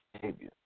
behavior